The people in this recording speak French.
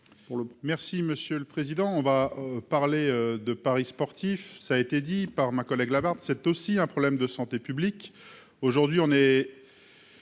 Merci monsieur le président, on va parler de paris sportifs, ça a été dit par ma collègue, c'est aussi un problème de santé publique,